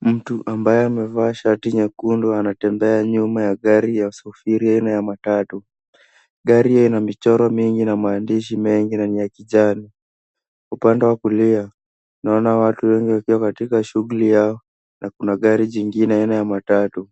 Mtu ambaye amevaa shati nyekundu anatembea nyuma ya gari ya usafiri aina ya matatu. Gari hio ina michoro mingi na maandishi mengi na ni ya kijani. Upande wa kulia, tunaona watu wengi wakiwa katika shughuli yao na kuna gari jingine aina ya matatu.